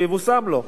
שיבושם לו,